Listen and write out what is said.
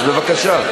אז בבקשה.